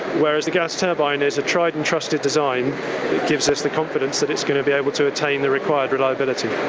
whereas the gas turbine is a tried and trusted design that gives us the confidence that it's going to be able to attain the required reliability.